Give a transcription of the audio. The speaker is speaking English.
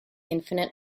infinite